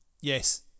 Yes